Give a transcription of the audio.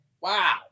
Wow